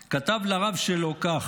כתב לרב שלו כך: